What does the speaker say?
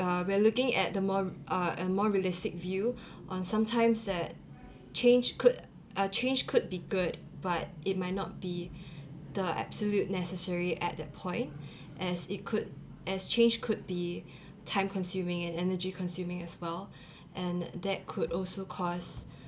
uh we're looking at the more uh a more realistic view on sometimes that change could uh change could be good but it might not be the absolute necessary at that point as it could as change could be time-consuming and energy-consuming as well and that could also cause